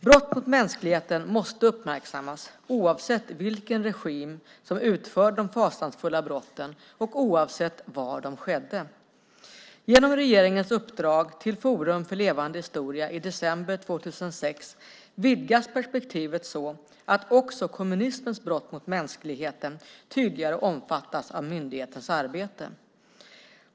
Brott mot mänskligheten måste uppmärksammas, oavsett vilken regim som utförde de fasansfulla brotten och oavsett var de skedde. Genom regeringens uppdrag till Forum för levande historia i december 2006 vidgas perspektivet så att också kommunismens brott mot mänskligheten tydligare omfattas av myndighetens arbete.